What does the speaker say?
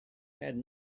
had